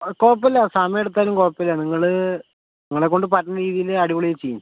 കുഴപ്പമില്ല സമയമെടുത്താലും കുഴപ്പമില്ല നിങ്ങൾ നിങ്ങളെക്കൊണ്ട് പറ്റണ രീതിയിൽ അടിപൊളിയായി ചെയ്യു